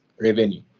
revenue